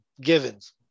Givens